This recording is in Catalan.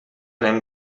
anem